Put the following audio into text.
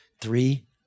Three